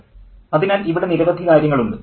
professor അതിനാൽ ഇവിടെ നിരവധി കാര്യങ്ങളുണ്ട്